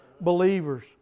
believers